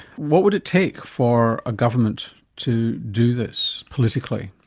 what would it take for a government to do this politically?